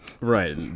Right